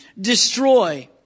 destroy